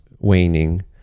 waning